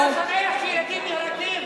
אתה שמח שילדים נהרגים?